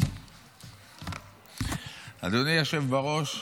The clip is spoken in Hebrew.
אדוני היושב-ראש,